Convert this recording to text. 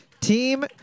team